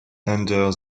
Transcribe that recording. under